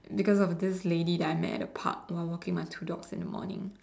because of this lady that I met at the park while walking my two dogs in the morning